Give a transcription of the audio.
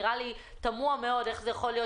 נראה לי תמוה מאוד איך זה יכול להיות